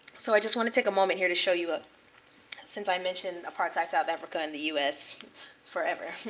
so i just want to take a moment here to show you, ah since i mentioned apartheid south africa in the us forever,